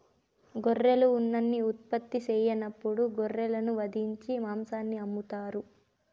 గొర్రెలు ఉన్నిని ఉత్పత్తి సెయ్యనప్పుడు గొర్రెలను వధించి మాంసాన్ని అమ్ముతారు